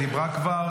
כבר דיברה,